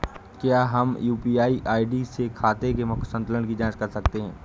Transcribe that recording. क्या हम UPI ID से खाते के मूख्य संतुलन की जाँच कर सकते हैं?